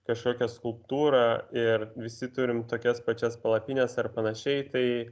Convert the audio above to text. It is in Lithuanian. kažkokią skulptūrą ir visi turim tokias pačias palapines ar panašiai tai